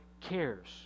cares